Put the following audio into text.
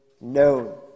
known